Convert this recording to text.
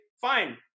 Fine